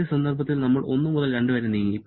ആദ്യ സന്ദർഭത്തിൽ നമ്മൾ 1 മുതൽ 2 വരെ നീങ്ങി